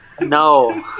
No